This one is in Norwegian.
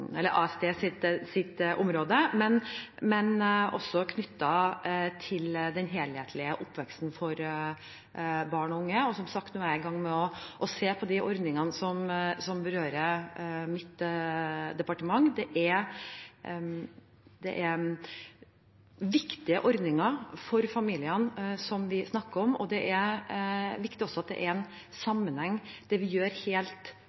område, men også den helhetlige oppveksten for barn og unge. Som sagt er jeg i gang med å se på de ordningene som berører mitt departement. Det er viktige ordninger for familiene vi snakker om. Det er også viktig at det er en sammenheng i det vi gjør helt